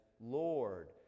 Lord